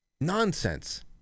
Nonsense